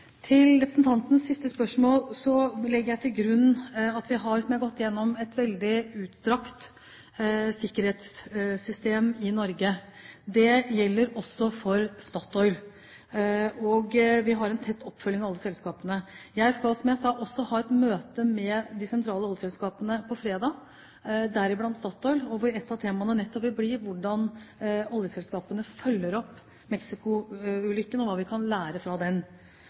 Til representantens siste spørsmål legger jeg til grunn – som jeg har gått igjennom – at vi har et veldig utstrakt sikkerhetssystem i Norge. Det gjelder også for Statoil. Vi har tett oppfølging av alle selskapene. Jeg skal, som jeg sa, også ha et møte med de sentrale oljeselskapene på fredag, deriblant Statoil, hvor et av temaene nettopp vil bli hvordan oljeselskapene følger opp ulykken i Mexicogolfen, og hva vi kan lære av den.